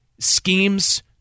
Schemes